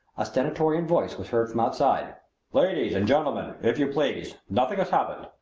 a stentorian voice was heard from outside ladies and gentlemen, if you please! nothing has happened.